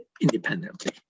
independently